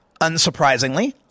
Unsurprisingly